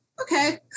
okay